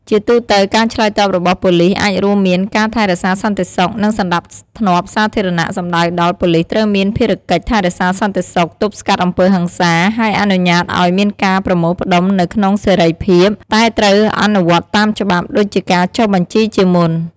ជាទូទៅ ការឆ្លើយតបរបស់ប៉ូលីសអាចរួមមាន ការថែរក្សាសន្តិសុខ និងសណ្តាប់ធ្នាប់សាធារណៈសំដៅដល់ ប៉ូលីសត្រូវមានភារៈកិច្ចថែរក្សាសន្តិសុខ ទប់ស្កាត់អំពើហិង្សា ហើយអនុញ្ញាតឲ្យមានការប្រមូលផ្តុំនៅក្នុងសេរីភាព តែត្រូវអនុវត្តតាមច្បាប់ ដូចជាការចុះបញ្ជីជាមុន។